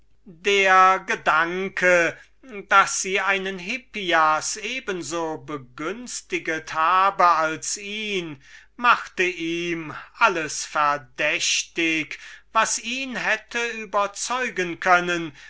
der gedanke daß sie einen hippias eben so begünstiget habe als ihn machte ihm alles verdächtig was ihn hätte überzeugen können